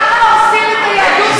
ככה הורסים את היהדות במדינת ישראל.